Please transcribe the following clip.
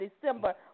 December